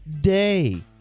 day